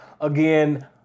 Again